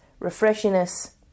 refreshiness